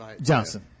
Johnson